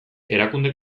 erakunde